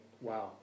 wow